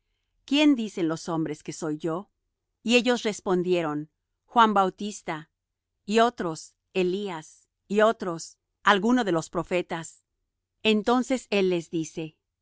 quién dicen los hombres que soy yo y ellos respondieron juan bautista y otros elías y otros alguno de los profetas entonces él les dice y